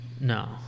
No